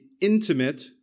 intimate